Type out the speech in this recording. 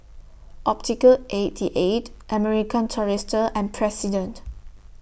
Optical eighty eight American Tourister and President